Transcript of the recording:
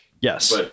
yes